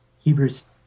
Hebrews